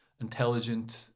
intelligent